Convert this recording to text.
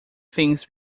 things